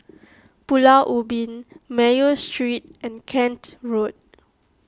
Pulau Ubin Mayo Street and Kent Road